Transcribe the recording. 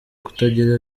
kutagira